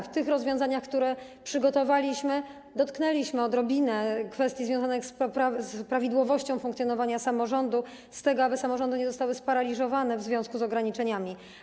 W tych rozwiązaniach, które przygotowaliśmy, dotknęliśmy - odrobinę - kwestii związanych z prawidłowością funkcjonowania samorządu, z tym, aby samorządy nie zostały sparaliżowane w związku z ograniczeniami.